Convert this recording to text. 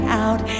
out